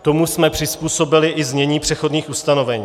Tomu jsme přizpůsobili i znění přechodných ustanovení.